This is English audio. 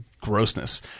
grossness